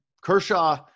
Kershaw